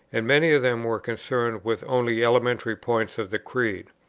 and many of them were concerned with only elementary points of the creed.